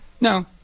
No